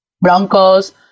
broncos